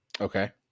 Okay